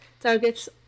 targets